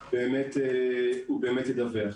ידווח.